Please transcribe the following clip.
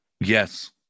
Yes